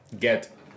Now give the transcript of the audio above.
get